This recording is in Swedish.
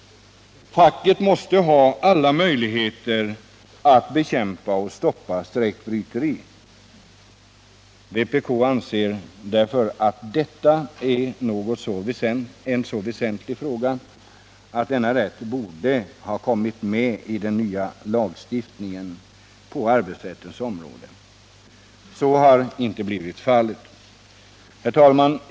Facket måste ha alla möjligheter att bekämpa och stoppa strejkbryteri. Vpkanseratt det här är en så väsentlig fråga att denna rätt borde ha kommit med i den nya lagstiftningen på arbetsrättens område. Så har inte blivit fallet. Herr talman!